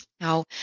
Now